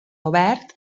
obert